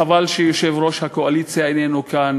חבל שיושב-ראש הקואליציה איננו כאן,